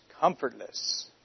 comfortless